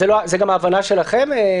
זו גם ההבנה שלכם?